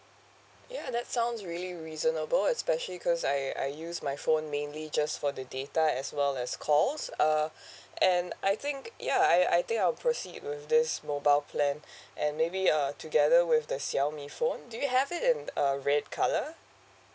ya that sounds really reasonable especially cause I I use my phone mainly just for the data as well as calls uh and I think ya I I think I will proceed with this mobile plan and maybe err together with the xiaomi phone do you have it in uh red colour